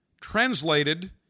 Translated